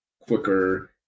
quicker